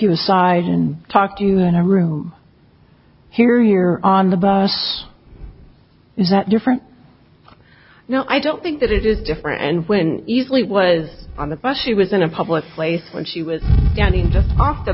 you aside and talk to you in a room here here on the bus that different no i don't think that it is different and when easily was on the bus she was in a public place when she was standing just off the